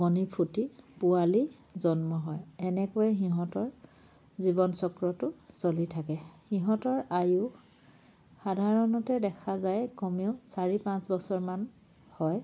কণী ফুটি পোৱালি জন্ম হয় এনেকৈ সিহঁতৰ জীৱন চক্ৰটো চলি থাকে সিহঁতৰ আয়ু সাধাৰণতে দেখা যায় কমেও চাৰি পাঁচ বছৰমান হয়